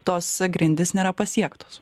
tos grindys nėra pasiektos